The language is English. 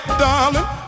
darling